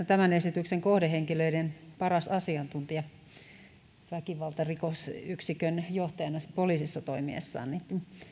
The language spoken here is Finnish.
tämän esityksen kohdehenkilöiden paras asiantuntija väkivaltarikosyksikön johtajana poliisissa toimittuaan